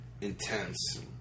intense